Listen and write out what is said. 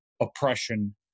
oppression